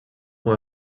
com